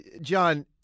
John